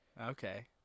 Okay